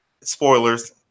spoilers